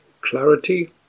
clarity